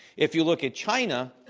if you look at china,